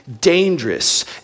dangerous